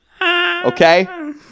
okay